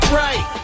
right